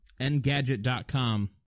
engadget.com